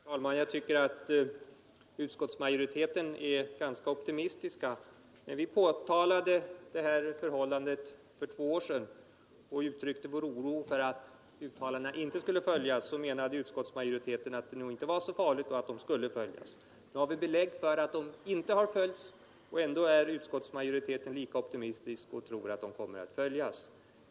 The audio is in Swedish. Herr talman! Jag tycker att utskottsmajoriteten är väl optimistisk. När vi för två år sedan påtalade detta förhållande och uttryckte vår oro för att uttalandet inte skulle följas, uttalade utskottsmajoriteten att uttalandet nog skulle komma att följas. Nu har vi emellertid belägg för att det inte följts, men ändå är utskottsmajoriteten lika optimistisk i dag och tror alltjämt att det kommer att följas.